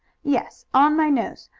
yes, on my nose.